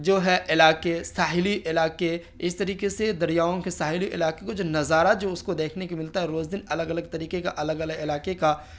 جو ہے علاقے ساحلی علاقے اس طریقے سے دریاؤں کے ساحلی علاقے کو جو نظارہ جو اس کو دیکھنے کے ملتا ہے روز دن الگ الگ طریقے کا الگ الگ علاقے کا